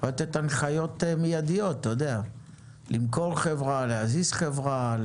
ולתת הנחיות מידיות כמו למכור חברה ,להזיז חברה,